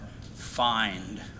find